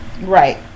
right